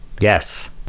Yes